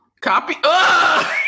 Copy